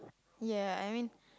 ya I mean